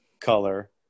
color